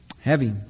Heavy